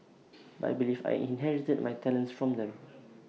but I believe I inherited my talents from them